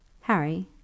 Harry